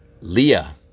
Leah